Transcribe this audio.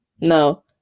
No